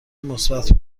مثبت